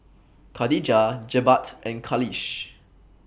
Khadija Jebat and Khalish